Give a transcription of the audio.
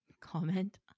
Comment